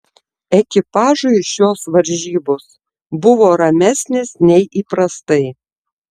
ekipažui šios varžybos buvo ramesnės nei įprastai